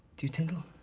do you, tindall?